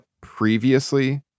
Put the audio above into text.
previously